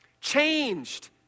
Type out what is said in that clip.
Changed